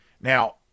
Now